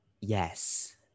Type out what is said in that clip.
yes